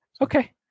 okay